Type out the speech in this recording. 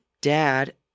dad